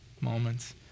moments